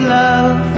love